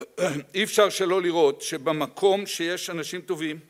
אי אפשר שלא לראות שבמקום שיש אנשים טובים...